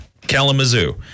Kalamazoo